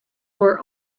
were